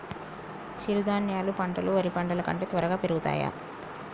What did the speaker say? చిరుధాన్యాలు పంటలు వరి పంటలు కంటే త్వరగా పెరుగుతయా?